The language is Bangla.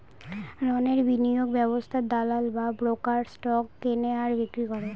রণের বিনিয়োগ ব্যবস্থায় দালাল বা ব্রোকার স্টক কেনে আর বিক্রি করে